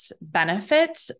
benefit